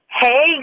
Hey